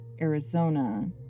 Arizona